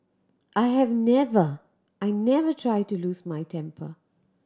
I have never I never try to lose my temper